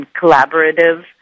collaborative